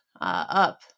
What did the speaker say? up